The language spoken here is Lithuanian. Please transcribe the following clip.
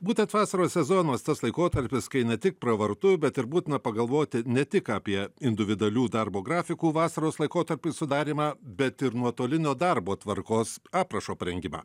būtent vasaros sezonas tas laikotarpis kai ne tik pravartu bet ir būtina pagalvoti ne tik apie individualių darbo grafikų vasaros laikotarpiui sudarymą bet ir nuotolinio darbo tvarkos aprašo parengimą